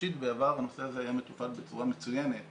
ראשית בעבר הנושא הזה היה מטופל בצורה מצוינת